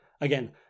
again